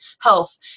health